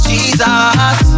Jesus